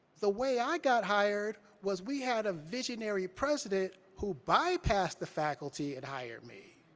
the way i got hired was we had a visionary president who bypassed the faculty and hired me.